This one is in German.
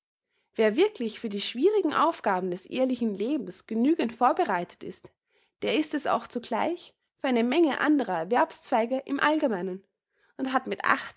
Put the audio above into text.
wer wirklich für die schwierigen aufgaben des ehelichen lebens genügend vorbereitet ist der ist es auch zugleich für eine menge anderer erwerbszweige im allgemeinen und hat mit